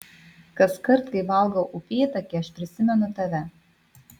kaskart kai valgau upėtakį aš prisimenu tave